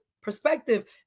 perspective